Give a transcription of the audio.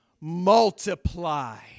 multiply